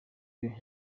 you